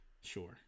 Sure